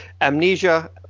Amnesia